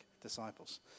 disciples